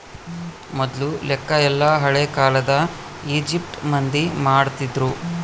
ಮೊದ್ಲು ಲೆಕ್ಕ ಎಲ್ಲ ಹಳೇ ಕಾಲದ ಈಜಿಪ್ಟ್ ಮಂದಿ ಮಾಡ್ತಿದ್ರು